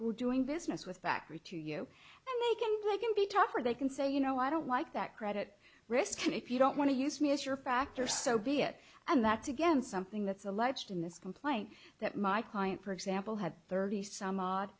are doing business with factory to you and they can they can be tougher they can say you know i don't like that credit risk and if you don't want to use me as your factor so be it and that's again something that's alleged in this complaint that my client for example had thirty some odd